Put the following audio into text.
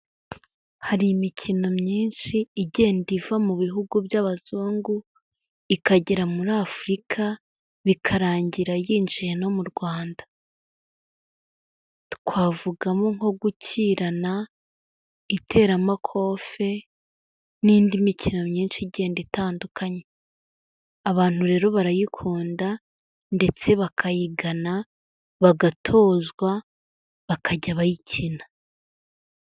Hari imikino myinshi igenda iva mu bihugu by'abazungu ikagera muri Afurika bikarangira yinjiye no mu Rwanda, twavugamo nko gukirana, iteramakofe n'indi mikino myinshi igenda itandukanye, abantu rero barayikunda ndetse bakayigana, bagatozwa bakajya bayikina.